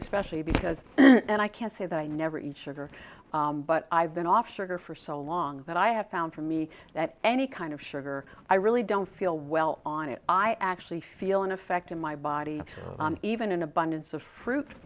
especially because i can't say that i never eat sugar but i've been off sugar for so long that i have found for me that any kind of sugar i really don't feel well on it i actually feel an effect in my body even in abundance of fruits